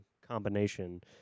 combination